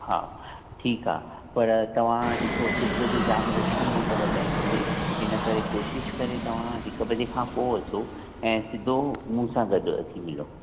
हा ठीकु आहे पर तव्हां ॾिसो सुबुह जो जाम रश हूंदी अथव बैंक में इनकरे कोशिशि करे तव्हां हिकु बजे खां पोइ अचो ऐं सिधो मूं सां गॾु अची मिलो